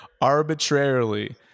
arbitrarily